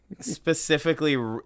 Specifically